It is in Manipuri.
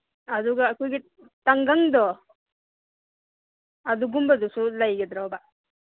ꯑꯗꯨꯒ ꯑꯩꯈꯣꯏꯒꯤ ꯇꯪꯒꯪꯗꯣ ꯑꯗꯨꯒꯨꯝꯕꯗꯨꯁꯨ ꯂꯩꯒꯗ꯭ꯔꯣꯕ